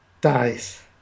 dies